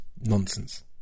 nonsense